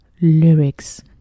lyrics